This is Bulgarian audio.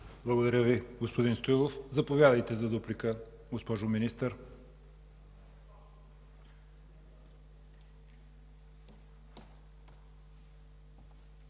Благодаря Ви, господин Стоилов. Заповядайте за дуплика, госпожо министър.